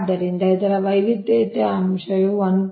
ಆದ್ದರಿಂದ ಇದರ ವೈವಿಧ್ಯತೆಯ ಅಂಶವು 1